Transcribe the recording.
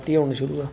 ते